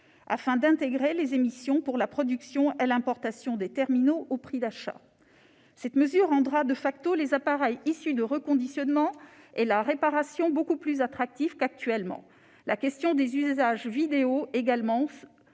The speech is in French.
pour intégrer les émissions pour la production et l'importation des terminaux dans le prix d'achat. Cette mesure rendra les appareils issus du reconditionnement et de la réparation beaucoup plus attractifs qu'actuellement. La question des usages vidéo doit également